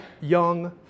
Young